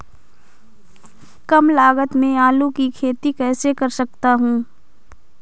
कम लागत में आलू की खेती कैसे कर सकता हूँ?